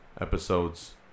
episodes